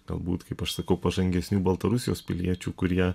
galbūt kaip aš sakau pažangesnių baltarusijos piliečių kurie